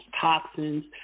toxins